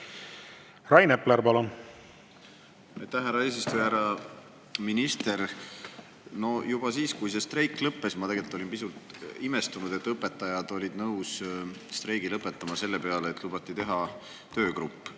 Rain Epler, palun! Aitäh, härra eesistuja! Härra minister! Juba siis, kui see streik lõppes, ma tegelikult olin pisut imestunud, et õpetajad olid nõus streigi lõpetama selle peale, et lubati teha töögrupp,